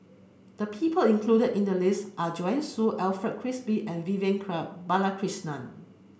the people included in the list are Joanne Soo Alfred Frisby and Vivian Club Balakrishnan